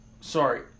Sorry